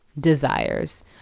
desires